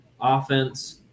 offense